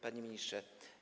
Panie Ministrze!